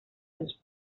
his